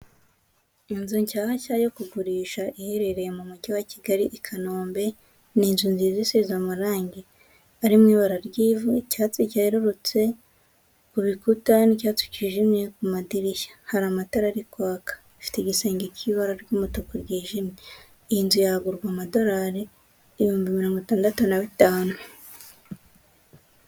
Inzu shyashya yo kugurisha iherereye mu Mujyi wa Kigali i Kanombe, ni inzu nziza isize amarangi ari mu ibara ry'ivu, icyatsi cyerurutse ku bikuta n'icyatsi kijimye ku madirishya. Hari amatara ari kwaka. Ifite igisenge cy'ibara ry'umutuku ryijimye. Iyi nzu yagurwa amadorari ibihumbi mirongo itandatu na bitanu.